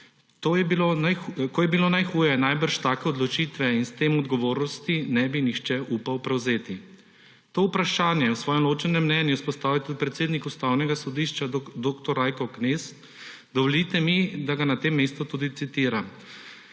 Ko je bilo najhuje, najbrž take odločitve in s tem odgovornosti ne bi nihče upal prevzeti. To vprašanje je v svojem ločenem mnenju izpostavil tudi predsednik Ustavnega sodišča dr. Rajko Knez, dovolite mi, da ga na tem mestu tudi citiram: